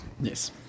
yes